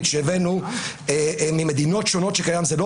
שהבאנו ממדינות שונות שבהן זה קיים.